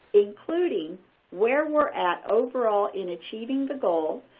including where we're at overall in achieving the goal,